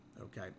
okay